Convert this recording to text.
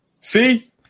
See